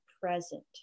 present